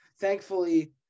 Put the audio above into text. thankfully –